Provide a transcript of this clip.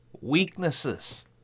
weaknesses